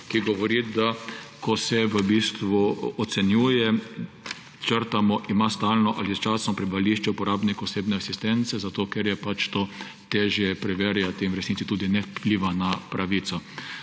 –, da ko se v bistvu ocenjuje, črtamo »ima stalno ali začasno prebivališče uporabnik osebne asistence«, ker je pač to težje preverjati in v resnici tudi ne vpliva na pravico.